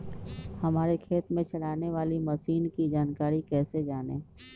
हमारे खेत में चलाने वाली मशीन की जानकारी कैसे जाने?